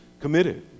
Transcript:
committed